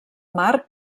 mar